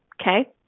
Okay